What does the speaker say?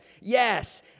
yes